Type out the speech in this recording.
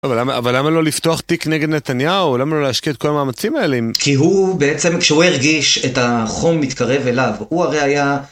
אבל למה אבל למה לא לפתוח תיק נגד נתניהו? למה לא להשקיע את כל המאמצים האלה אם? כי הוא בעצם כשהוא הרגיש את החום מתקרב אליו, הוא הרי היה...